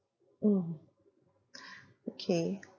mm okay